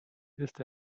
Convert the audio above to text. ist